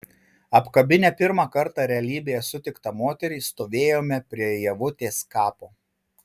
apkabinę pirmą kartą realybėje sutiktą moterį stovėjome prie ievutės kapo